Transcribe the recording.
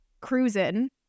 cruising